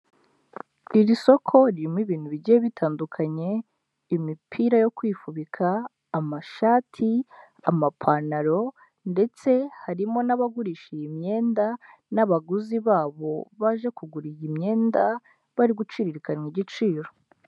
Iri soko ririmo ibintu bigiye bitandukanye, imipira yo kwifubika, amashati, amapantaro, ndetse harimo n'abagurisha iyi myenda n'abaguzi babo, baje kugura iyi myenda, bari guciririkanya igiciro.